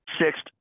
Sixth